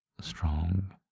strong